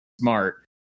smart